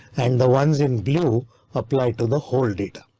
and the ones in blue applied to the whole data.